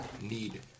need